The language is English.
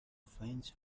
finds